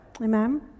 amen